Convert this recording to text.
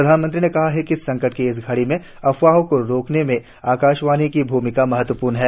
प्रधानमंत्री ने कहा कि संकट की इस घड़ी में अफवाहों को रोकने में आकाशवाणी की भूमिका महत्वपूर्ण है